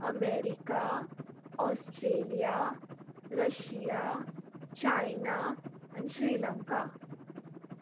अमेरीकी Australia Russia China आनी श्रीलंका